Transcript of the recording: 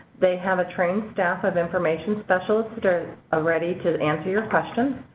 they have a trained staff of information specialists that are ah ready to answers your questions.